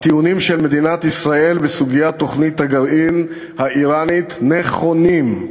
הטיעונים של מדינת ישראל בסוגיית תוכנית הגרעין האיראנית נכונים,